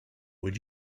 would